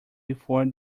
before